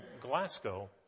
Glasgow